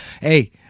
hey